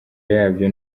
yabyo